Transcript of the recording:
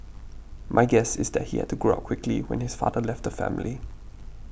my guess is that he had to grow up quickly when his father left family